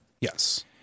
yes